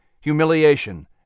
humiliation